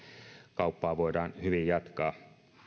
kauppaa voidaan hyvin jatkaa